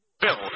Bill